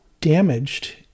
damaged